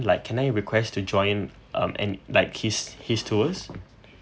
like can I request to join um and like his his tours